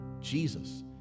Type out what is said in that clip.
Jesus